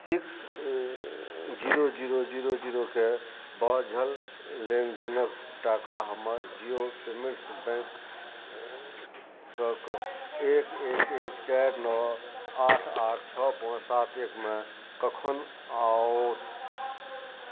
six zero zero zero zero के बाझल लेनदेनक टाका हमर जिओ पेमेंट्स बैंक के एक एक एक चारि नओ आठ आठ छओ पाँच सात एक मे कखन आओत